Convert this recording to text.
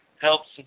helps